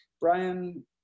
Brian